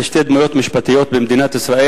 לשתי דמויות משפטיות במדינת ישראל,